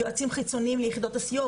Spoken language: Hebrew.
יועצים חיצוניים ליחידות הסיוע,